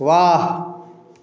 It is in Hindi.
वाह